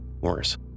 worse